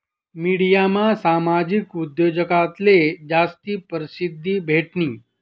मिडियामा सामाजिक उद्योजकताले जास्ती परशिद्धी भेटनी